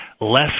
less